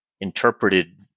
interpreted